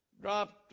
dropped